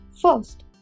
First